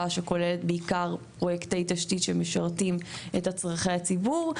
שכוללת בעיקר פרויקטי תשתית שמשרתים את צרכי הציבור.